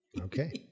Okay